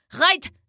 right